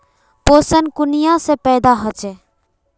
पोषण कुनियाँ से पैदा होचे?